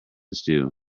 stew